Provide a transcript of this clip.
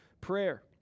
prayer